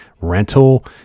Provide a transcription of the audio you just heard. rental